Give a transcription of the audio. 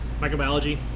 microbiology